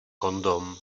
kondom